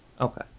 Okay